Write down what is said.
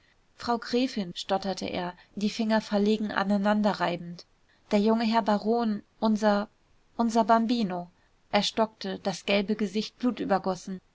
frau gräfin stotterte er die finger verlegen aneinander reibend der junge herr baron unser unser bambino er stockte das gelbe gesicht